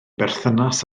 berthynas